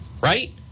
right